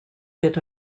bit